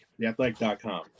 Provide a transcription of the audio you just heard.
theathletic.com